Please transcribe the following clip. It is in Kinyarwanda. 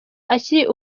akiri